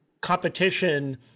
competition